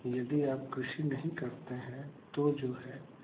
यदि आप कृषि नहीं करते हैं तो जो है